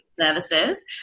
services